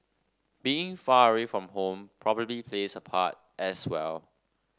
being far away from home probably plays a part as well